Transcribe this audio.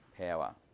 power